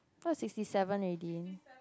sixty seven already